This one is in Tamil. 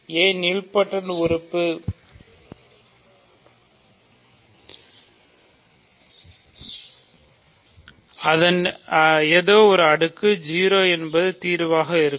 a நலிபோடென்ட் உறுப்பு அதன் ஏதோ ஒரு அடுக்குக்கு 0 என்பது தீர்வாக இருக்கும்